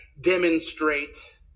demonstrate